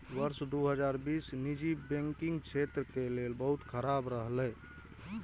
वर्ष दू हजार बीस निजी बैंकिंग क्षेत्र के लेल बहुत खराब रहलै